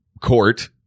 court